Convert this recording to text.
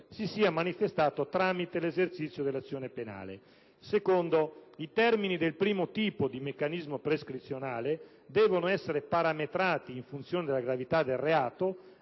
si sia manifestato tramite l'esercizio dell'azione penale. In secondo luogo, i termini del primo tipo di meccanismo prescrizionale devono essere parametrati in funzione della gravità del reato,